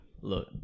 Look